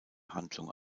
handlung